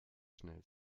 schnell